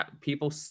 people